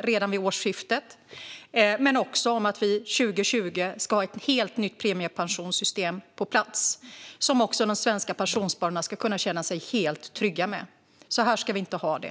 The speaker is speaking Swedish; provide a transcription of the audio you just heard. redan vid årsskiftet och att vi år 2020 ska ha ett helt nytt premiepensionssystem på plats. Detta system ska de svenska pensionsspararna kunna känna sig helt trygga med. Som det är nu ska vi inte ha det.